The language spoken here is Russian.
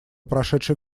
прошедший